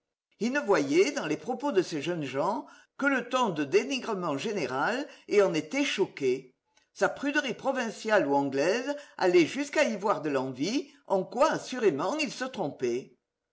il ne voyait dans les propos de ces jeunes gens que le ton de dénigrement général et en était choqué sa pruderie provinciale ou anglaise allait jusqu'à y voir de l'envie en quoi assurément il se trompait